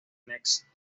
next